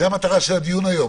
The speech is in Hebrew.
זאת המטרה של הדיון היום.